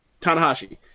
Tanahashi